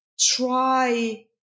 try